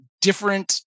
different